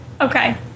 Okay